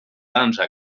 dansa